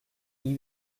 iyi